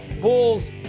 Bulls